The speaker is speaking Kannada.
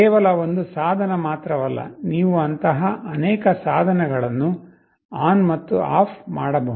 ಕೇವಲ ಒಂದು ಸಾಧನ ಮಾತ್ರವಲ್ಲ ನೀವು ಅಂತಹ ಅನೇಕ ಸಾಧನಗಳನ್ನು ಆನ್ ಮತ್ತು ಆಫ್ ಮಾಡಬಹುದು